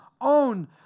own